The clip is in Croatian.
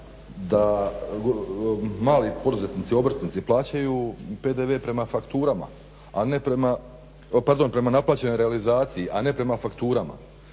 da mali poduzetnici, obrtnici plaćaju PDV prema fakturama, pardon prema naplaćenoj realizaciji a ne prema fakturama